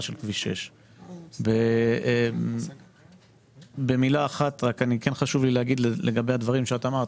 של כביש 6. במילה אחת חשוב לי להגיב לדברים שאמרת,